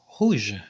rouge